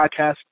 podcast